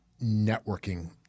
networking